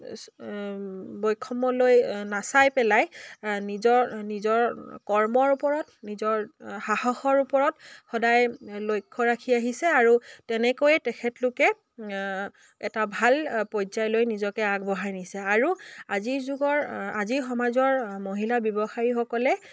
বৈষম্যলৈ নাচাই পেলাই নিজৰ নিজৰ কৰ্মৰ ওপৰত নিজৰ সাহসৰ ওপৰত সদায় লক্ষ্য ৰাখি আহিছে আৰু তেনেকৈয়ে তেখেতলোকে এটা ভাল পৰ্যায়লৈ নিজকে আগবঢ়াই নিছে আৰু আজিৰ যুগৰ আজিৰ সমাজৰ মহিলা ব্যৱসায়ীসকলে